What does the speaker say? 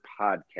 podcast